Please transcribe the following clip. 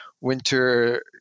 winter